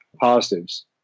positives